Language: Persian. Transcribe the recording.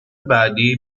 بعدی